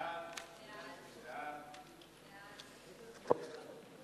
חוק לשינוי שיטת העדכון של פנסיה תקציבית,